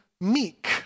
meek